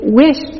wish